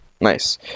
Nice